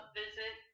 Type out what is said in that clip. visit